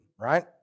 right